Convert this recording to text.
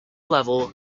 level